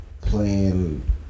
playing